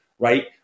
right